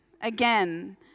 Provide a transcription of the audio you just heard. again